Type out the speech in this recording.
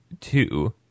Two